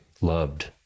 loved